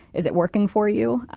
is it working for you?